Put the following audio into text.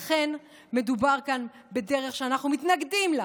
לכן מדובר כאן בדרך שאנחנו מתנגדים לה